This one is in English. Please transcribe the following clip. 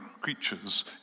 creatures